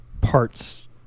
parts